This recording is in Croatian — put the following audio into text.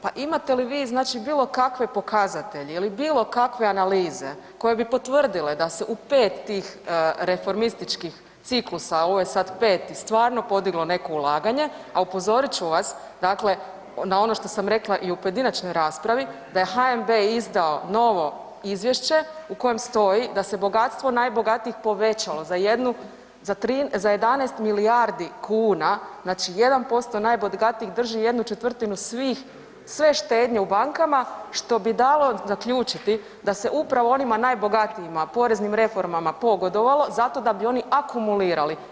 Pa imate li znači bilo kakve pokazatelje ili bilo kakve analize koje bi potvrdile da se u 5 tih reformističkih ciklusa, ovo je sad peti stvarno podiglo neko ulaganje, a upozorit ću vas, dakle na ono što sam rekla i u pojedinačnoj raspravi da je HNB izdao novo izvješće u koje stoji da se bogatstvo najbogatijih povećalo za jednu, za tri, za 11 milijardi kuna, znači 1% najbogatijih drži 1/4 svih, sve štednje u bankama što bi dalo zaključiti da se upravo onima najbogatijima poreznim reformama pogodovalo zato da bi oni akumulirati.